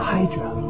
Hydra